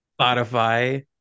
Spotify